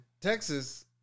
Texas